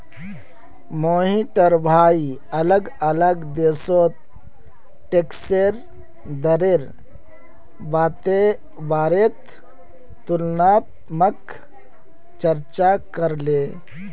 मोहिटर भाई अलग अलग देशोत टैक्सेर दरेर बारेत तुलनात्मक चर्चा करले